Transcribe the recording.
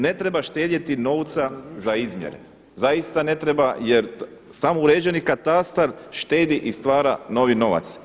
Ne treba štedjeti novca za izmjere, zaista ne treba jer samo uređeni katastar štedi i stvara novi novac.